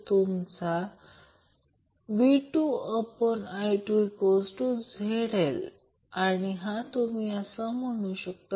ही माझी वर्ग नोट आहे म्हणून सर्व दुरुस्त्या केल्या आहेत आणि ज्या मी येथे स्कॅन केल्या आहेत